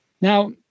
Now